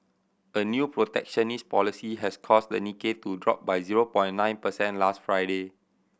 a new protectionist policy has caused the Nikkei to drop by zero point nine percent last Friday